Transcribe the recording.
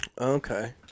Okay